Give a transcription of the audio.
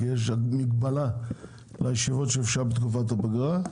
כי יש מגבלה על מספר הישיבות שאפשר לקיים בפגרה.